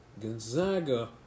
Gonzaga